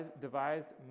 devised